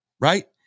right